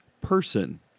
person